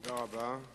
תודה רבה.